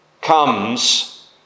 comes